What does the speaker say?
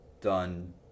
done